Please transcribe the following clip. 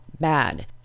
bad